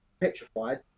petrified